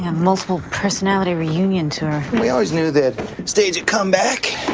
multiple personality reunion tour. we always knew that stage would come back.